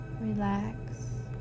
relax